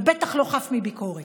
ובטח לא חף מביקורת,